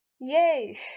Yay